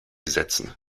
sätzen